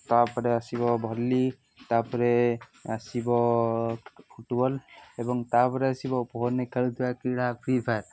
ତା'ପରେ ଆସିବ ଭଲି ତା'ପରେ ଆସିବ ଫୁଟବଲ୍ ଏବଂ ତା'ପରେ ଆସିବ ଫୋନ୍ରେ ଖେଳୁଥିବା କ୍ରୀଡ଼ା ଫ୍ରି ଫାୟାର